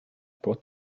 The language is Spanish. por